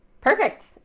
Perfect